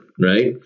Right